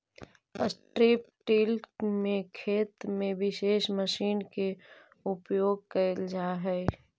strip till में खेती में विशेष मशीन के उपयोग कैल जा हई